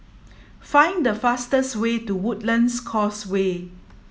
find the fastest way to Woodlands Causeway